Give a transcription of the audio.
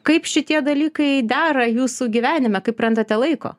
kaip šitie dalykai dera jūsų gyvenime kaip randate laiko